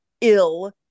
ill